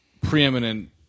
Preeminent